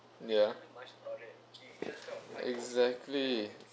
ya exactly